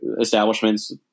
establishments